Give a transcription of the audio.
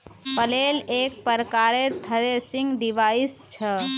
flail एक प्रकारेर threshing device छ